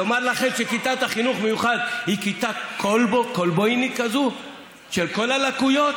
לומר לכם שכיתת חינוך מיוחד היא כיתת כלבויניק כזאת של כל הלקויות?